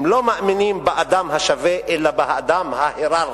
הם לא מאמינים באדם השווה אלא באדם ההייררכי,